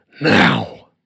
Now